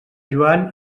joan